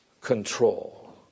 control